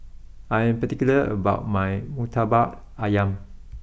I am particular about my Murtabak Ayam